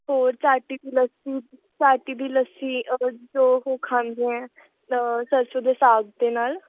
ਹੋਰ ਚਾਟੀ ਦੀ ਲੱਸੀ ਚਾਟੀ ਦੀ ਲੱਸੀ ਜੋ ਉਹ ਖਾਂਦੇ ਹੈ ਸਰਸੋਂ ਦੇ ਸਾਗ ਦੇ ਨਾਲ